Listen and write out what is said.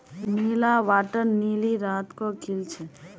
नीला water lily रात के खिल छे